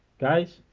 guys